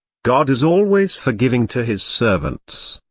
god is always forgiving to his servants.